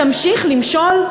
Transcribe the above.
תמשיך למשול?